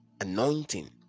anointing